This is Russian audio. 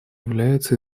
является